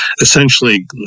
essentially